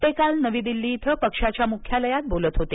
ते काल नवी दिल्ली इथं पक्षाच्या मुख्यालयात बोलत होते